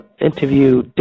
interview